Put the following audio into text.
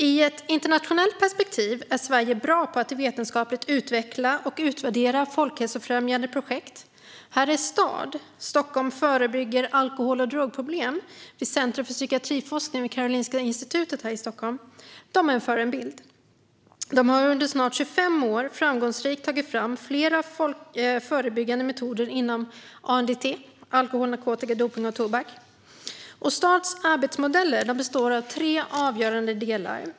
I ett internationellt perspektiv är Sverige bra på att vetenskapligt utveckla och utvärdera folkhälsofrämjande projekt. Här är Stad, Stockholm förebygger alkohol och drogproblem, vid Centrum för psykiatriforskning vid Karolinska institutet här i Stockholm en förebild. De har under snart 25 år framgångsrikt tagit fram flera förebyggande metoder inom ANDT - alkohol, narkotika, dopning och tobak. Stads arbetsmodeller består av tre avgörande delar.